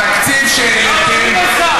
התקציב שהעליתם הוא, למה, מי נוסף?